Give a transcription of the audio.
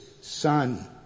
Son